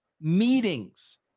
meetings